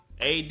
AD